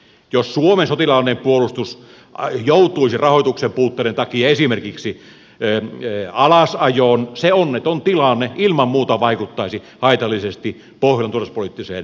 jos suomen sotilaallinen puolustus joutuisi esimerkiksi rahoituksen puutteiden takia alasajoon se onneton tilanne ilman muuta vaikuttaisi haitallisesti pohjolan turvallisuuspoliittiseen vakauteen